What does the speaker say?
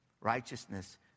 Righteousness